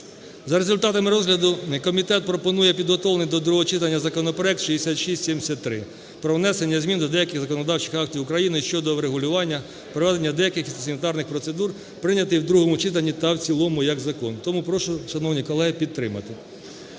За результатами розгляду комітет пропонує підготовлений до другого читання законопроект (6673) про внесення змін до деяких законодавчих актів України щодо врегулювання проведення деяких фітосанітарних процедур прийняти в другому читанні та в цілому як закон. Тому прошу, шановні колеги, підтримати.